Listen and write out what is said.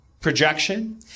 Projection